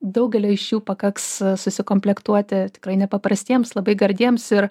daugelio iš jų pakaks susikomplektuoti tikrai nepaprastiems labai gardiems ir